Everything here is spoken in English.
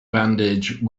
bandage